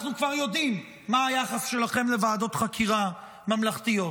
אנחנו כבר יודעים מה היחס שלכם לוועדות חקירה ממלכתיות,